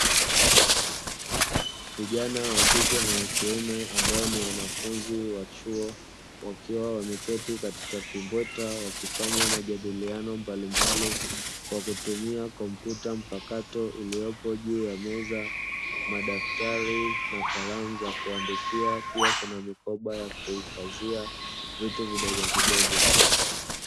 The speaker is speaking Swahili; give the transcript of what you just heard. Vijana wa kike na wa kiume ambao ni wanafunzi wa chuo. Wakiwa wameketi katika kimbweta wakifanya majadiliano mbalimbali kwa kutumia kompyuta mpakato. Iliyopo juu ya meza madaktari na kalamu za kuandikia, pia kuna mikoba ya kumkazia vitu vidogo vidogo.